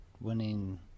winning